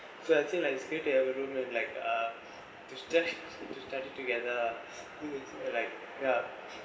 so I think like it's great to have a room with like uh to study to study together like ya